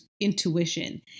intuition